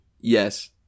yes